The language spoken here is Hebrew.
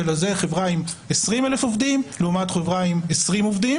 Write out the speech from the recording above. חברה עם 20,000 עובדים לעומת חברה עם 20 עובדים